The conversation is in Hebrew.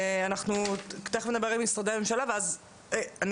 אנחנו תיכף נדבר עם משרדי ממשלה ואז אני